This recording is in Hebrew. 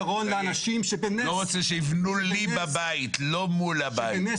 לא רוצה שיבנו לי בבית, לא מול הבית.